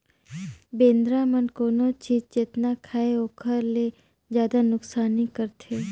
बेंदरा मन कोनो चीज जेतना खायें ओखर ले जादा नुकसानी करथे